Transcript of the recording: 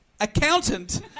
accountant